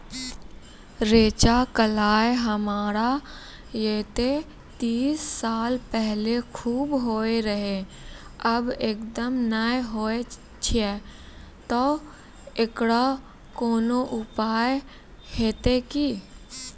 रेचा, कलाय हमरा येते तीस साल पहले खूब होय रहें, अब एकदम नैय होय छैय तऽ एकरऽ कोनो उपाय हेते कि?